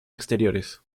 exteriores